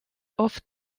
oft